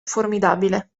formidabile